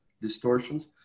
distortions